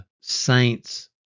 saints